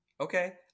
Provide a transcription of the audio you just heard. Okay